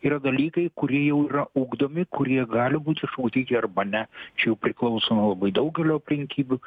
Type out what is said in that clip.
yra dalykai kurie jau yra ugdomi kurie gali būt išugdyti arba ne čia jau priklauso nuo labai daugelio aplinkybių